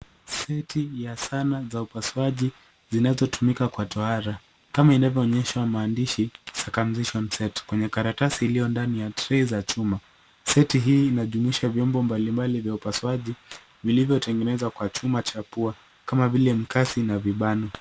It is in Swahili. Seti ya zana za upasuaji zinazotumika kwa tohara kama inavyoonyeshwa maandishi circumcision set kwenye karatasi iliyo ndani ya trei za chuma. Seti hii inajumuisha vyombo mbalimbali vya upasuaji vilivyotengenezwa kwa chuma cha pua kama vile mkasi na vibano.